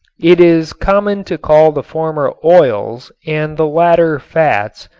it is common to call the former oils and the latter fats,